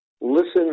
listen